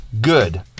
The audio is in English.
Good